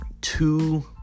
two